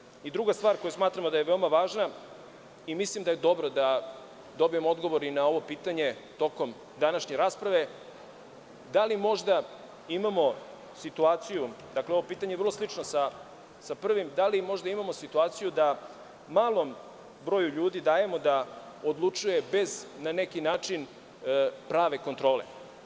Drugo pitanje i druga stvar koju smatramo da je veoma važna i mislim da je dobro da dobijemo odgovor i na ovo pitanje tokom današnje rasprave, da li možda imamo situaciju, ovo pitanje je veoma slično sa prvim, da li možda imamo situaciju da malom broju ljudi dajemo da odlučuje bez, na neki način, prave kontrole?